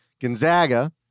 Gonzaga